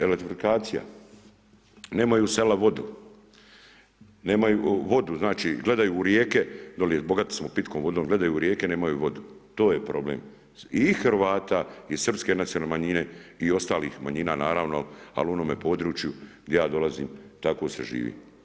Elektrifikacija, nemaju sela vodu, nemaju vodu, znači gledaju u rijeke, dolje bogati smo pitkom vode, gledaju u rijeke, nemaju vodu, to je problem i Hrvata i srpske nacionalne manjine i ostalih manjina naravno ali u onom području gdje ja dolazim tako se živi.